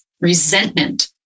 resentment